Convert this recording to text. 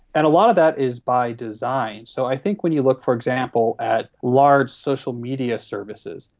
and a lot of that is by design. so i think when you look, for example, at large social media services,